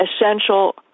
essential